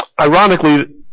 Ironically